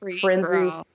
frenzy